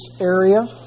area